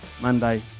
Monday